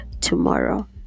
tomorrow